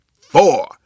four